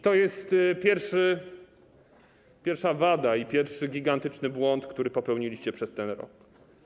To jest pierwsza wada i pierwszy gigantyczny błąd, który popełniliście przez ten rok.